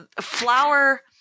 flower